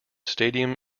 stadium